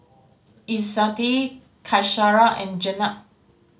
Izzati Qaisara and Jenab